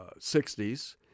60s